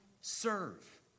serve